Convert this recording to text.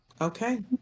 okay